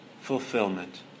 fulfillment